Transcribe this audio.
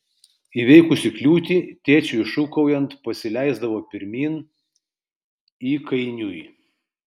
įveikusi kliūtį tėčiui šūkaujant pasileisdavo pirmyn įkainiui